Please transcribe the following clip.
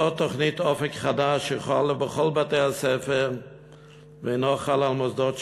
לא תוכנית "אופק חדש" שחלה בכל בתי-הספר ואינה חלה במוסדות שלנו,